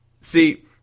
See